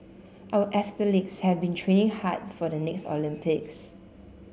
our athletes have been training hard for the next Olympics